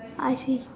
I see